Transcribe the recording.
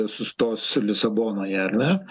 sustos lisabonoje ar ne